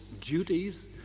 duties